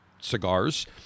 cigars